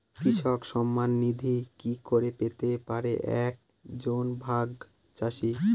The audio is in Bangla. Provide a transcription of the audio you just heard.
কৃষক সন্মান নিধি কি করে পেতে পারে এক জন ভাগ চাষি?